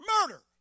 murder